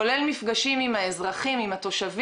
כולל מפגשים עם התושבים,